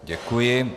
Děkuji.